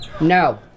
No